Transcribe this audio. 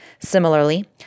Similarly